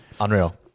Unreal